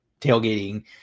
tailgating